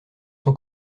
son